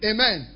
Amen